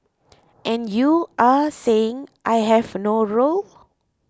and you are saying I have no role